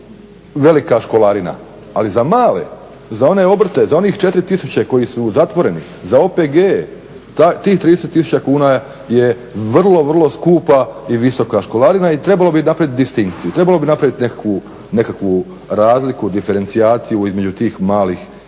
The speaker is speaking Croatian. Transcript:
velika školarina, ali za male za one obrte za onih 4 tisuće koji su zatvoreni za OPG-e tih 30 tisuća kuna je vrlo, vrlo skupa i visoka školarina i trebalo bi napraviti distinkciju, trebalo bi napraviti nekakvu razliku, diferencijaciju između tih malih